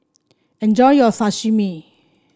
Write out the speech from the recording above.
enjoy your Sashimi